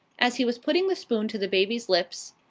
as he was putting the spoon to the baby's lips,